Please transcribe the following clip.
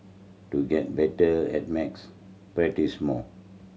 to get better at maths practise more